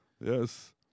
Yes